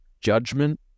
judgment